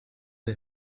the